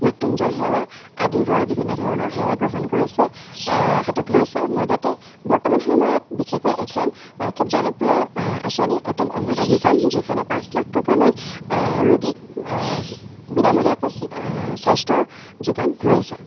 মৃত্যুঞ্জয় সেৱা আদিৰ দৰে বিভিন্ন ধৰণৰ সেৱা গ্ৰহণ কৰিছে হাতত লৈছে লগতে বৰ্তমান সময়ত বিশেষকৈ এখন খুব জনপ্ৰিয় আঁচনি অতল অমৃত অভিযান যিখনে পাঁচ লাখ টকালৈ ৰোগীক বিনামূলীয়াকৈ স্বাস্থ্যৰ যোগান ধৰিছে